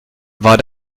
war